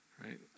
right